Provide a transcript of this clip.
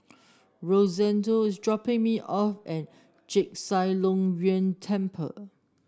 Rosendo is dropping me off at Chek Chai Long Chuen Temple